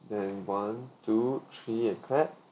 then one two three and clap